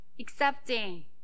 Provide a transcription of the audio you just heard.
accepting